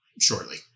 shortly